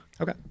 Okay